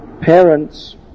Parents